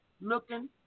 looking